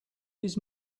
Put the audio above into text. his